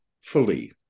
fully